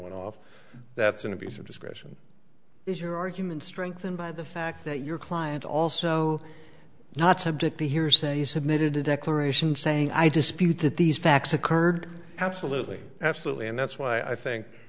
one off that's an abuse of discretion is your argument strengthened by the fact that your client also not subject to hearsay submitted a declaration saying i dispute that these facts occurred absolutely absolutely and that's why i think